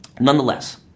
Nonetheless